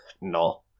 No